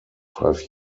five